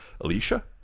Alicia